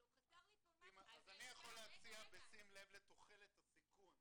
חסר לי פה --- אז אני יכול להציע בשים לב לתוחלת הסיכון.